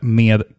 med